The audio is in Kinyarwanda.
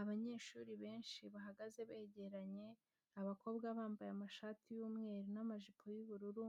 Abanyeshuri benshi bahagaze begeranye, abakobwa bambaye amashati y'umweru namajipo y'ubururu,